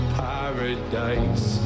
paradise